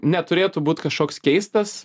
neturėtų būt kažkoks keistas